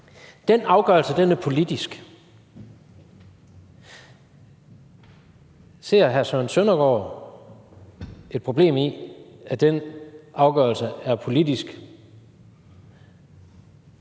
Den afgørelse er politisk. Ser hr. Søren Søndergaard et problem i, at den afgørelse er politisk?